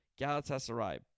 Galatasaray